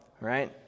right